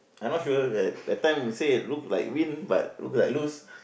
I not sure the that time say look like win but look like lose